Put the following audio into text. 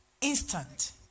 instant